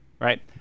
right